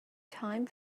time